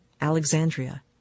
Alexandria